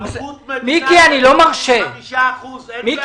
ערבות מדינה של 85%, אין בעיה, כולם יקבלו.